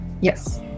Yes